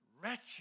wretched